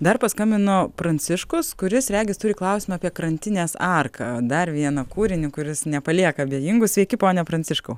dar paskambino pranciškus kuris regis turi klausimą apie krantinės arką dar vieną kūrinį kuris nepalieka abejingų sveiki pone pranciškau